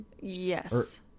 Yes